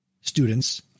students